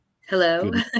Hello